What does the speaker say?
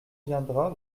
viendra